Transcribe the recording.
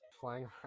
flying